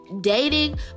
Dating